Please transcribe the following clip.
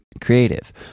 creative